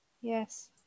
Yes